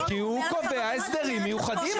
--- כי הוא קובע הסדרים מיוחדים,